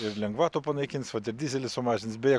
ir lengvatų panaikins dyzelį sumažins beje